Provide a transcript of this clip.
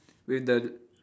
with the